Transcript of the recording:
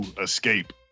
escape